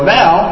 now